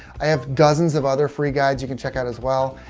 i have dozens of other free guides. you can check out as well.